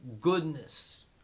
goodness